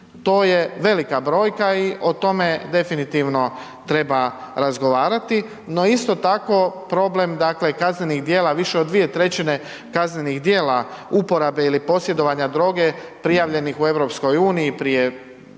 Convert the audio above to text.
to je velika brojka i o tome definitivno treba razgovarati. No isto tako, problem, dakle, kaznenih djela, više od 2/3 kaznenih djela uporabe ili posjedovanja droge prijavljenih u EU prije